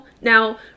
Now